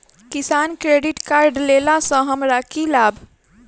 किसान credit card लेला सऽ हमरा की लाभ?